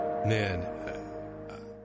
Man